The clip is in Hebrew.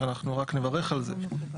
שאנחנו רק נברך על זה,